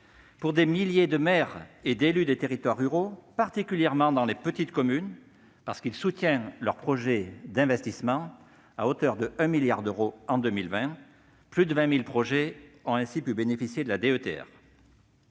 pour des milliers de maires et d'élus des territoires ruraux, particulièrement dans les petites communes, car il soutient leurs projets d'investissement à hauteur de 1 milliard d'euros en 2020 ; plus de 20 000 projets ont pu en bénéficier.